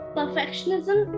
perfectionism